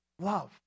love